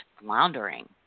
floundering